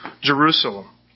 Jerusalem